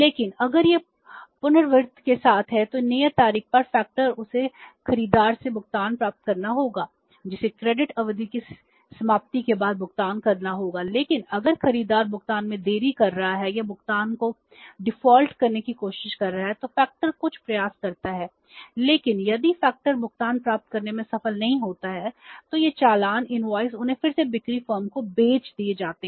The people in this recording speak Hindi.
लेकिन अगर यह पुनरावृत्ति के साथ है तो नियत तारीख पर फैक्टर उन्हें फिर से बिक्री फर्म को भेज दिए जाते हैं